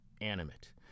animate